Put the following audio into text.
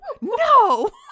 no